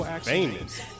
famous